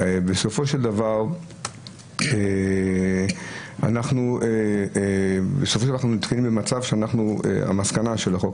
בסופו של דבר אנחנו נתקלים במצב שהמסקנה של החוק